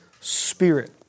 spirit